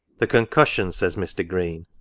the concussion, says mr. green,